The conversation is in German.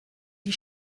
die